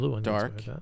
dark